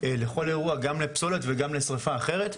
גם לפסולת וגם לשריפה אחרת.